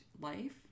life